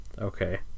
Okay